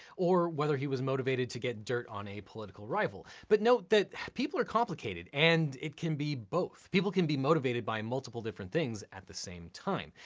or whether he was motivated to get dirt on a political rival, but note that people are complicated and it can be both. people can be motivated by multiple different things at the same time.